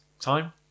time